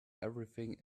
everything